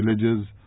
villages